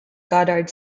goddard